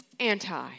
Anti